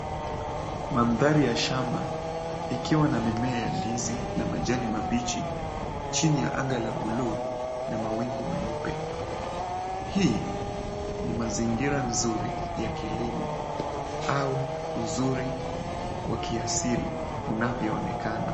Mandhari ya shamba ikiwa na mimea ya ndizi na majani mabichi, chini ya anga la blue na mawingu meupe. Hii ni mazingira nzuri ya kilimo au uzuri wa kiasili unavyoonekana.